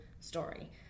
story